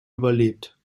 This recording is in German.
überlebt